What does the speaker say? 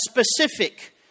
specific